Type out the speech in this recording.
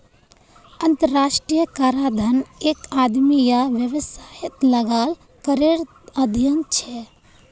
अंतर्राष्ट्रीय कराधन एक आदमी या वैवसायेत लगाल करेर अध्यन छे